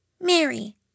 Mary